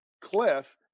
cliff